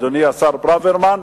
אדוני השר ברוורמן,